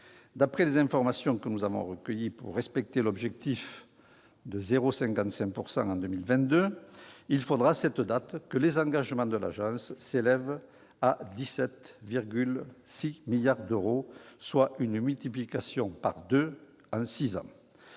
D'après les informations que nous avons recueillies, pour respecter l'objectif de 0,55 % en 2022, il faudra, à cette date, que les engagements de l'Agence s'élèvent à 17,6 milliards d'euros, soit une multiplication par deux en six ans.